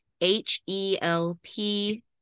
H-E-L-P